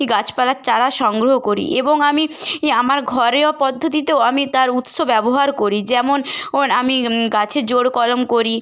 গাছপালার চারা সংগ্রহ করি এবং আমি ইয়ে আমার ঘরোয়া পদ্ধতিতেও আমি তার উৎস ব্যবহার করি যেমন আমি গাছে জোড় কলম করি